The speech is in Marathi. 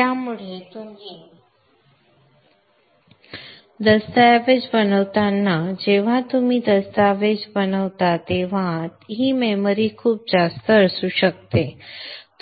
त्यामुळे तुम्ही दस्तऐवज बनवताना आणि जेव्हा तुम्ही दस्तऐवज बनवता तेव्हा ही मेमरी खूप जास्त असू शकते